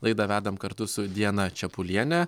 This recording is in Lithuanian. laidą vedam kartu su diana čepuliene